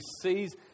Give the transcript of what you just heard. sees